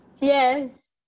yes